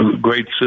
great